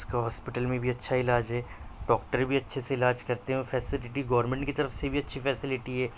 اس کا ہاسپٹل میں بھی اچھا علاج ہے ڈاکٹر بھی اچھے سے علاج کرتے ہیں اور فیسلٹی گورنمنٹ کی طرف سے بھی اچھی فیسلٹی ہے